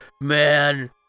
Man